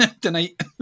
tonight